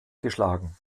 geschlagen